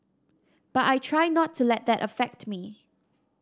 but I try not to let that affect me